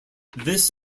this